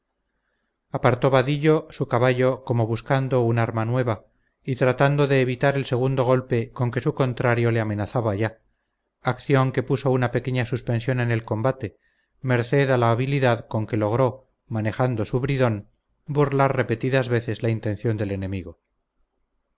apartó vadillo su caballo como buscando una arma nueva y tratando de evitar el segundo golpe con que su contrario le amenazaba ya acción que puso una pequeña suspensión en el combate merced a la habilidad con que logró manejando su bridón burlar repetidas veces la intención del enemigo